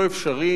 לא צודק,